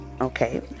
Okay